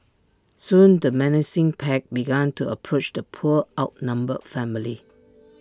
soon the menacing pack began to approach the poor outnumbered family